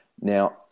Now